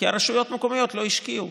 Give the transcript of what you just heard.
כי הרשויות המקומיות לא השקיעו.